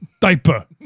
diaper